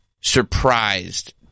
surprised